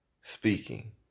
speaking